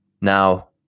Now